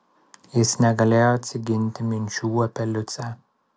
jis negalėjo atsiginti minčių apie liucę